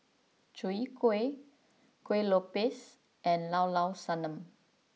Chwee Kueh Kuih Lopes and Llao Llao Sanum